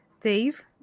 Dave